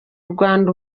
rwanda